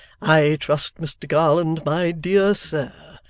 i trust, mr garland, my dear sir,